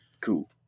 cool